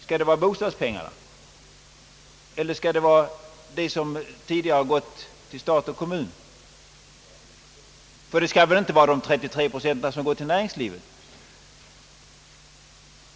Skall vi minska på bostadspengarna, eller skall det ske på det som tidigare gått till stat och kommun? Ty det skall väl inte vara de 33 procenten som går till näringslivet?